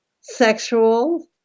sexual